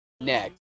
next